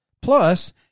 Plus